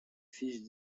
fiche